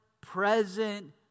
present